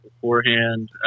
beforehand